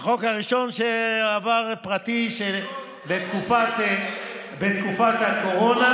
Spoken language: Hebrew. החוק הפרטי הראשון שעבר בתקופת הקורונה.